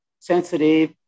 sensitive